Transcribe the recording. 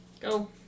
Go